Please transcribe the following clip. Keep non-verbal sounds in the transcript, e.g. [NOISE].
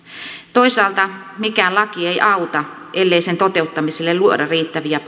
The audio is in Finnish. toisaalta mikään laki ei auta ellei sen toteuttamiselle luoda riittäviä [UNINTELLIGIBLE]